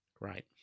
Right